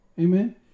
amen